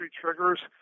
triggers